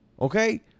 okay